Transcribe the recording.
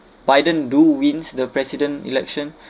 biden do win the president election